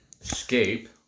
Escape